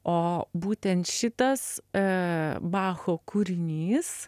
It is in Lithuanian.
o būtent šitas bacho kūrinys